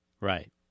Right